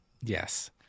Yes